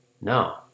No